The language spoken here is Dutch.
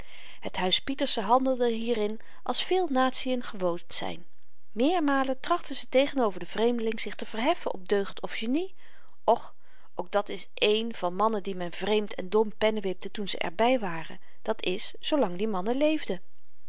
het huis pieterse handelde hierin als veel natiën gewoon zyn meermalen trachten ze tegen-over den vreemdeling zich te verheffen op deugd of genie och ook dàt is één van mannen die men wreed en dom pennewipte toen ze er by waren dat is zoolang die mannen leefden